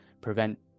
prevent